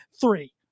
three